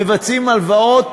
מבצעים הלוואות,